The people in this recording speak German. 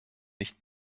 nicht